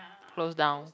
close down